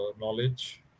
knowledge